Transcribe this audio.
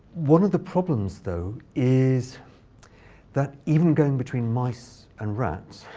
one of the problems, though is that, even going between mice and rats,